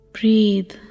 breathe